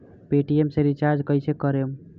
Paytm से recharge कईसे करम?